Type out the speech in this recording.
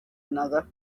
another